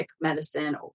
medicine